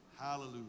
Hallelujah